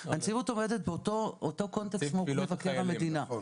הנציבות עומדת באותו קונטקסט כמו מבקר המדינה.